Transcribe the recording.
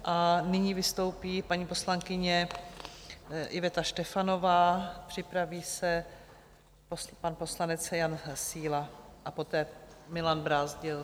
A nyní vystoupí paní poslankyně Iveta Štefanová, připraví se pan poslanec Jan Síla, poté Milan Brázdil.